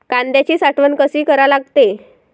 कांद्याची साठवन कसी करा लागते?